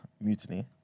mutiny